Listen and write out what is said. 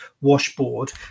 washboard